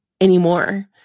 anymore